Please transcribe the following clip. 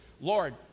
Lord